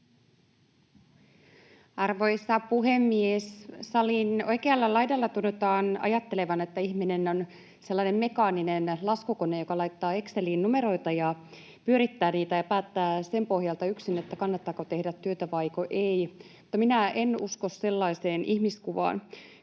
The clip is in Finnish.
Arvoisa puhemies! Salin oikealla laidalla tunnutaan ajattelevan, että ihminen on sellainen mekaaninen laskukone, joka laittaa Exceliin numeroita ja pyörittää niitä ja päättää sen pohjalta yksin, kannattaako tehdä työtä vaiko ei. Mutta minä en usko sellaiseen ihmiskuvaan,